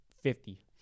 fifty